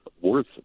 worth